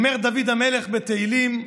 אמר דוד המלך בתהילים: